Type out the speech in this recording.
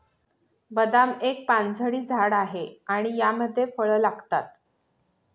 बदाम एक पानझडी झाड आहे आणि यामध्ये फळ लागतात